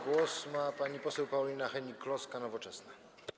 Głos ma pani poseł Paulina Hennig-Kloska, Nowoczesna.